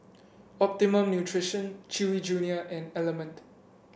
Optimum Nutrition Chewy Junior and Element